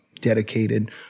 dedicated